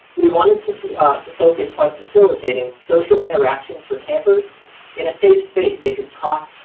we wanted to to focus on facilitating social interactions for campers in a safe space, they could talk,